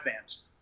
fans